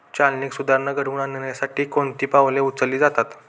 चालनीक सुधारणा घडवून आणण्यासाठी कोणती पावले उचलली जातात?